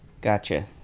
Gotcha